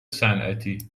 صنعتی